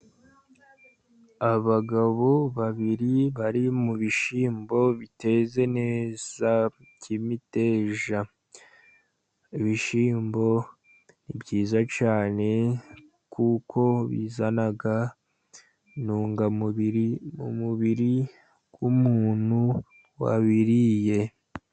Abagabo babiri bari mu bishyimbo biteze neza by'imiteja. Ibishyimbo ni byiza cyane kuko bizana intungamubiri mu mubiri w'umuntu wabiriye.